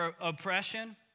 oppression